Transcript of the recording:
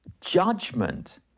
judgment